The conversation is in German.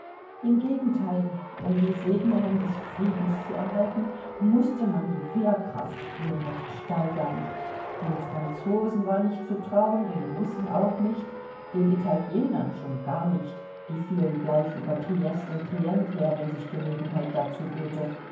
im gegenteil um die segnungen des friedens zu erhalten mußte man die wehrkraft nur recht steigern den franzosen war nicht zu trauen den russen auch nicht den italienern schon gar nicht die fielen gleich über triest und trient her wenn sich gelegenheit dazu böte